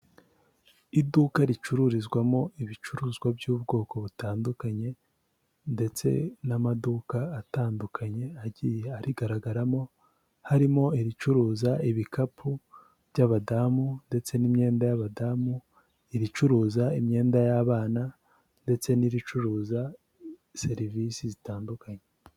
Iduka ricururizwamo ibicuruzwa by'ubwoko butandukanye ndetse n'amaduka atandukanye agiye arigaragaramo, harimo ibicuruza ibikapu by'abadamu ndetse n'imyenda y'abadamu, iricuruza imyenda y'abana ndetse n'icuruza serivisi zitandukanye.